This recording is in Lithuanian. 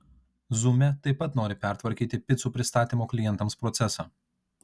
zume taip pat nori pertvarkyti picų pristatymo klientams procesą